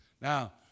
Now